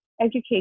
education